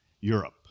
Europe